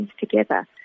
together